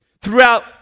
throughout